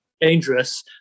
dangerous